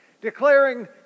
Declaring